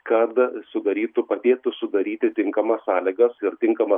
kad sudarytų padėtų sudaryti tinkamas sąlygas ir tinkamas